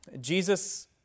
Jesus